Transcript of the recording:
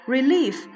Relief